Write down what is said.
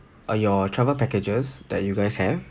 uh your travel packages that you guys have